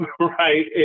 right